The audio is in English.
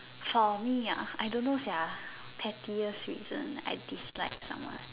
for me ah I don't know sia pettiest reason I dislike someone